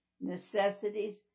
necessities